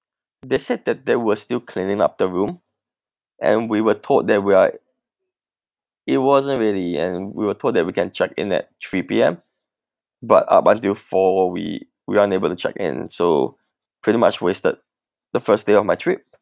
they said that they were still cleaning up the room and we were told that we are it wasn't really and we were told that we can check in at three P_M but up until four we we are unable to check in so pretty much wasted the first day of my trip